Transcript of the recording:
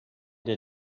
der